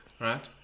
Right